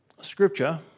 Scripture